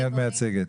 אפשר להסביר?